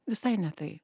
visai ne tai